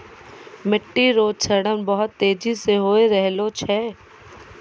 मिट्टी रो क्षरण बहुत तेजी से होय रहलो छै